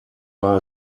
war